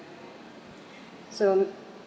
so